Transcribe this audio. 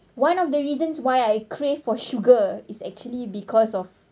one of the reasons why I crave for sugar is actually because of